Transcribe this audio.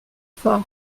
fort